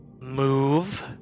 move